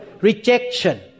rejection